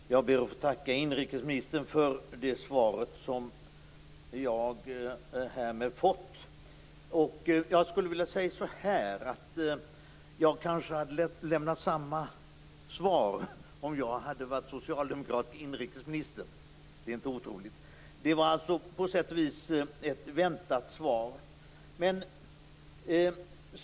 Fru talman! Jag ber att få tacka inrikesministern för det svar som jag härmed fått. Jag hade kanske lämnat samma svar om jag hade varit socialdemokratisk inrikesminister - det är inte otroligt. Det var på sätt och vis ett väntat svar.